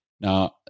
Now